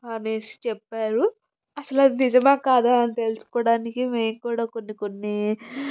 అనేసి చెప్పారు అసల అది నిజమా కాదా అని తెలుసుకోవడానికి మేము కూడా కొన్ని కొన్ని